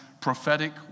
prophetic